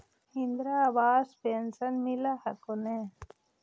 Indira Awas pension मिल हको ने?